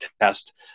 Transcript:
test